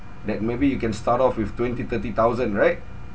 that maybe you can start off with twenty thirty thousand right